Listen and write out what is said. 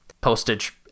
postage